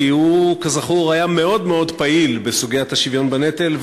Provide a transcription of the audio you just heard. כי הוא כזכור היה מאוד מאוד פעיל בסוגיית השוויון בנטל.